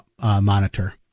monitor